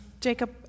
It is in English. Jacob